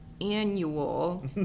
annual